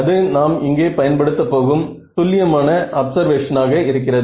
அது நாம் இங்கே பயன்படுத்தப் போகும் துல்லியமான அப்ஸர்வேஷனாக இருக்கிறது